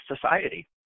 society